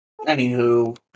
Anywho